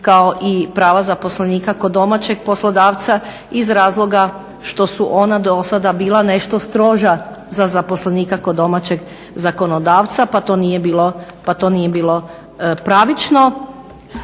kako i prava zaposlenika kod domaćeg poslodavca iz razloga što su ona dosada bila nešto stroža za zaposlenika kod domaćeg zakonodavca pa to nije bilo pravično.